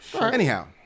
Anyhow